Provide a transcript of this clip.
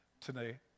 today